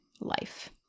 life